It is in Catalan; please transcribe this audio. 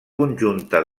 conjunta